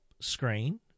screen